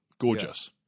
gorgeous